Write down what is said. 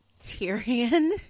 Tyrion